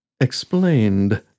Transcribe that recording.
Explained